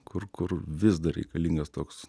kur kur vis dar reikalingas toks